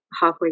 halfway